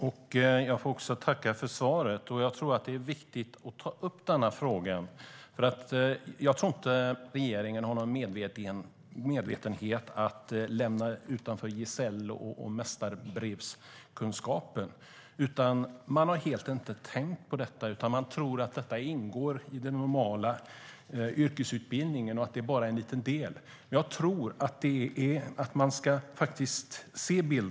Herr talman! Jag får också tacka statsrådet för svaret. Jag tror att det är viktigt att ta upp denna fråga. Jag tror inte att regeringen har någon avsikt att lämna gesäll och mästarbrevskunskapen utanför, utan man har helt enkelt inte tänkt på detta. Man tror att det ingår i den normala yrkesutbildningen och att det bara är en liten del.